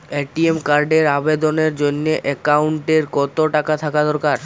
ATM কার্ডের আবেদনের জন্য অ্যাকাউন্টে কতো টাকা থাকা দরকার?